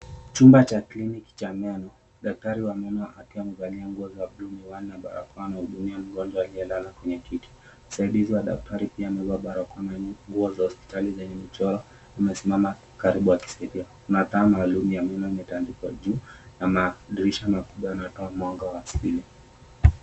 Chumba cha kliniki cha meno, daktari wa meno akiwa amevalia nguo za buluu, miwani na barakoa anamuhudumia mgonjwa aliyelala kwenye kiti. Msaidizi wa daktari pia anazo barakoa na nguo za hospitali yenye michoro. Amesimama karibu akisaidia na taa maalum ya meno imetandikwa juu na madirisha makubwa yanatoa mwanga wa stima.